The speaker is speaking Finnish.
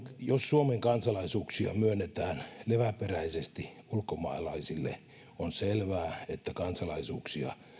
jos suomen kansalaisuuksia myönnetään leväperäisesti ulkomaalaisille on selvää että kansalaisuuksia